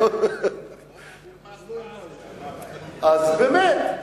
אז באמת,